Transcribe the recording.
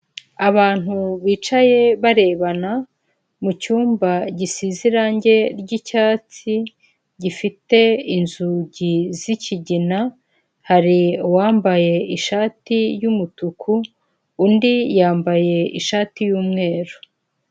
Abantu bicaye barebana mucyumba gisize irangi ry'icyatsi gifite inzugi zikigina hari uwambaye ishati y'umutuku undi yambaye ishati y'umweru.